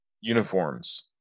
uniforms